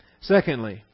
Secondly